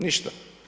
Ništa.